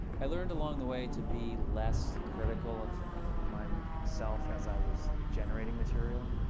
i learned along the way to be less critical of my self as i was generating material.